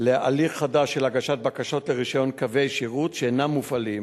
להליך חדש של הגשת בקשות לרשיון קווי שירות שאינם מופעלים